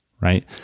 right